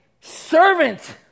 servant